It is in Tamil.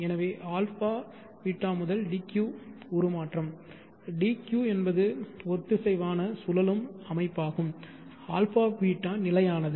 எனவே αβ முதல் dq உருமாற்றம் dq என்பது ஒத்திசைவான சுழலும் அமைப்பாகும்α β நிலையானது